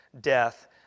death